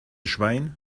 schwein